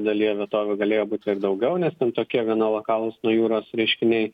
dalyje vietovių galėjo būti kiek daugiau nes ten tokie gana lokalūs nuo jūros reiškiniai